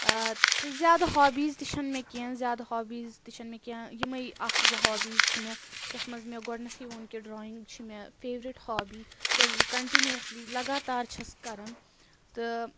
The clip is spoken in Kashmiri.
ٲں تہٕ زیادٕ ہابیٖز تہِ چھَنہٕ مےٚ کیٚنٛہہ زیادٕ ہابیٖز تہِ چھَنہٕ مےٚ کیٚنٛہہ یِمٔے اکھ زٕ ہابیٖز چھِ مےٚ یَتھ منٛز مےٚ گۄڈٕنٮ۪تھٕے ووٚن کہِ ڈرٛایِنٛگ چھِ مےٚ فیورِٹ ہابی یۄس بہٕ کَنٹِنوَسلی لگاتار چھیٚس کَران تہٕ